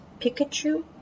Pikachu